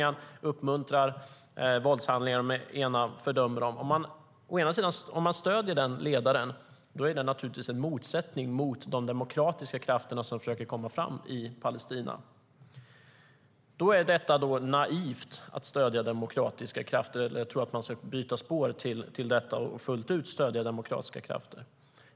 Han går inte med på att prövas av folket och - vilket vi har varit inne på - förbjuder fackföreningar och uppmuntrar på olika sätt våldshandlingar med den ena tungan och fördömer dem med den andra. Det sägs vara naivt att stödja demokratiska krafter eller att tro att man ska byta spår till att fullt ut stödja demokratiska krafter.